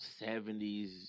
70s